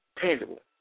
tangible